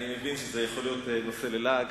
אני מבין שזה יכול להיות נושא ללעג